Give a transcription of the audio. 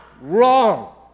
Wrong